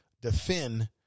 defend